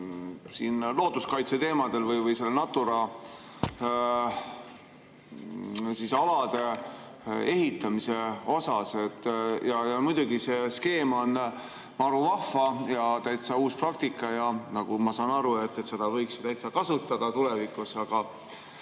looduskaitse teemadel või Natura alade ehitamise kohta. Muidugi, see skeem on maruvahva ja täitsa uus praktika ja, nagu ma saan aru, seda võiks täitsa kasutada tulevikus, aga